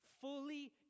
fully